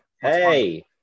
Hey